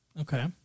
Okay